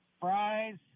fries